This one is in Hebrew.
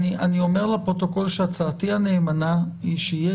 אני אומר לפרוטוקול שהצעתי הנאמנה היא שיהיה